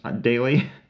daily